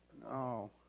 no